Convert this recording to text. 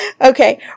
Okay